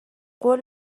قول